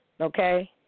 Okay